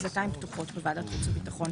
בדלתיים פתוחות בוועדת חוץ וביטחון.